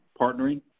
partnering